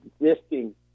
existing